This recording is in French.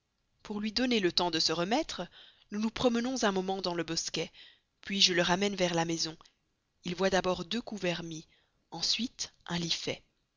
pour lui donner le temps de se remettre nous nous promenons un moment dans le bosquet puis je le ramène vers la maison il voit d'abord deux couverts mis ensuite un lit